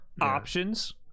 options